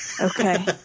Okay